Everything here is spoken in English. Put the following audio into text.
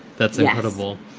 that's incredible.